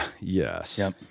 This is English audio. Yes